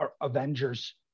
Avengers